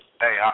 Hey